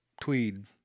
Tweed